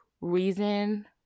reason